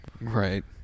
right